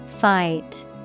Fight